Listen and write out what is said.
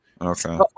okay